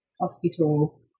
hospital